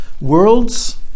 Worlds